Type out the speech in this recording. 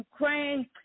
Ukraine